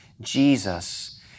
Jesus